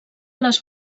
les